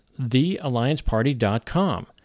theallianceparty.com